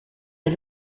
des